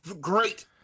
great